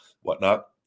whatnot